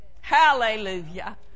Hallelujah